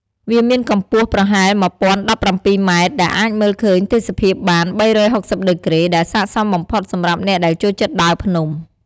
វាមានកំពស់ប្រហែល១០១៧ម៉ែត្រ ដែលអាចមើលឃើញទេសភាពបាន ៣៦០ដឺក្រេ ដែលសាកសមបំផុតសម្រាប់អ្នកដែលចូលចិត្តដើរភ្នំ។